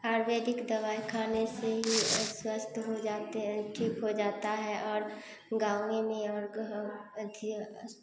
आयुर्वेदिक दवाई खाने से ही स्वस्थ हो जाते हैं ठीक हो जाता है और गाँवें में और घर अथि